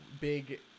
big